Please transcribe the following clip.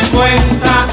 Cuenta